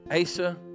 Asa